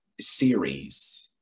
series